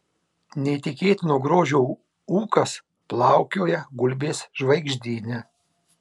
neįtikėtino grožio ūkas plaukioja gulbės žvaigždyne